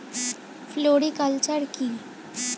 Floriculture কি?